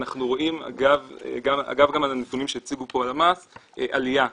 אגב גם הנתונים שהציגו פה הלמ"ס אנחנו רואים עלייה,